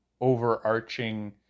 overarching